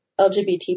LGBT